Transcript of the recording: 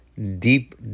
deep